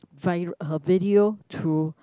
find her video through